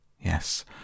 yes